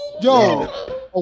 yo